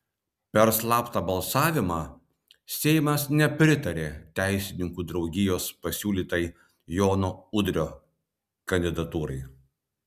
per slaptą balsavimą seimas nepritarė teisininkų draugijos pasiūlytai jono udrio kandidatūrai